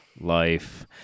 life